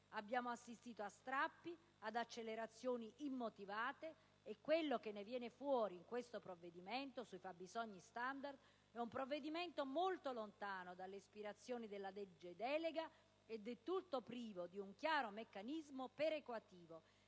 abbiamo assistito a strappi ed ad accelerazioni immotivate. Quello che ne viene fuori in questo provvedimento sui fabbisogni standard è molto lontano dalle ispirazioni della legge delega e del tutto privo di un chiaro meccanismo perequativo,